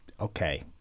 Okay